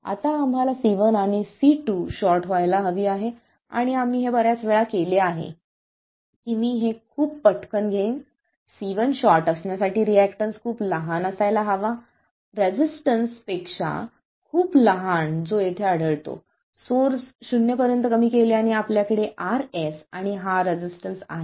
आता आम्हाला C1 आणि C2 शॉर्ट व्हायला हवी आहे आणि आम्ही हे बर्याच वेळा केले आहे की मी हे खूप पटकन घेईन C1शॉर्ट असण्यासाठी रिएक्टन्स खूप लहान असायला हवा रेसिस्टन्स पेक्षा खूप लहान जो येथे आढळतो सोर्स शून्यपर्यंत कमी केल्याने आपल्याकडे R s आणि हा रेसिस्टन्स आहे